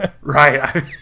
Right